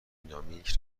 دینامیک